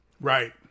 Right